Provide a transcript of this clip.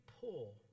pull